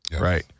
right